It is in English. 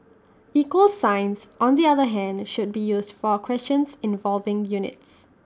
equal signs on the other hand should be used for questions involving units